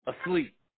asleep